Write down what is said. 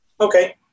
okay